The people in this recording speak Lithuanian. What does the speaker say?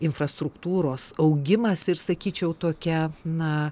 infrastruktūros augimas ir sakyčiau tokia na